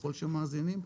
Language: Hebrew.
ככל שמאזינים,